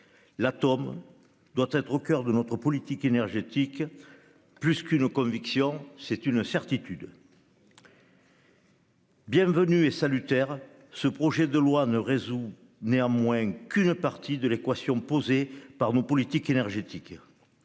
L'atome doit être au coeur de notre politique énergétique. Plus qu'une conviction, c'est une certitude. Bienvenu et salutaire, ce projet de loi ne résout toutefois qu'une partie de l'équation posée par nos politiques énergétiques.